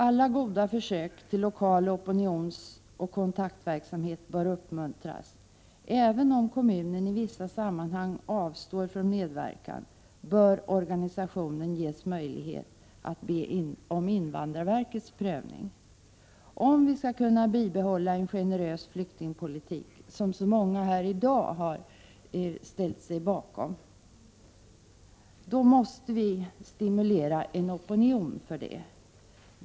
Alla goda försök till lokal opinionsoch kontaktverksamhet bör uppmuntras. Även om kommunen i vissa sammanhang avstår från medverkan, bör organisationen ges möjlighet att be om invandrarverkets prövning. Om vi skall kunna bibehålla en generös flyktingpolitik, som så många här i dag har ställt sig bakom, måste vi stimulera en opinion för detta.